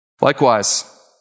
Likewise